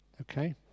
Okay